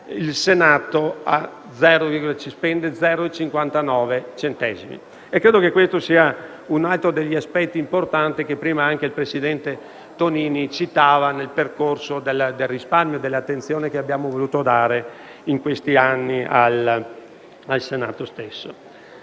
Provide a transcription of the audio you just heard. il Senato spende 0,59 centesimi. Questo è un altro degli aspetti importanti che prima anche il presidente Tonini citava nel percorso del risparmio e dell'attenzione che abbiamo voluto dare in questi anni al Senato stesso.